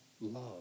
love